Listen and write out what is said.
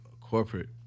corporate